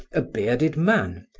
a bearded man,